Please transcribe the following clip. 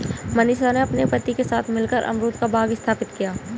मनीषा ने अपने पति के साथ मिलकर अमरूद का बाग स्थापित किया